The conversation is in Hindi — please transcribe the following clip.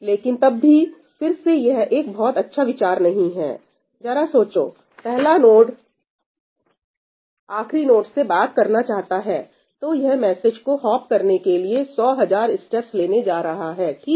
लेकिन तब भी फिर से यह एक बहुत अच्छा विचार नहीं है जरा सोचो पहला नोड आखरी नोड से बात करना चाहता है तो यह मैसेज को होप करने के लिए सौ हजार स्टेप्स लेने जा रहा है ठीक